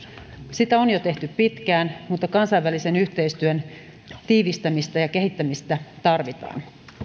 sitä on jo tehty pitkään mutta kansainvälisen yhteistyön tiivistämistä ja kehittämistä tarvitaan